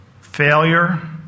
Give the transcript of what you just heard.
failure